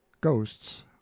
ghosts